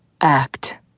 act